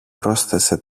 πρόσθεσε